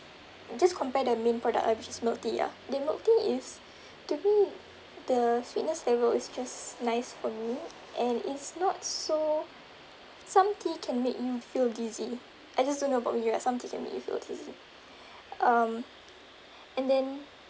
just compare the main product ah which is milk tea ah the milk tea is to me the sweetness level is just nice for me and it's not so some tea can make you feel dizzy I just don't know about you ah some tea can make you feel dizzy um and then